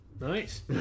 Nice